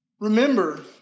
Remember